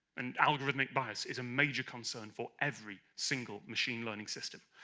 and algorithmic bias is a major concern for every single machine learning system.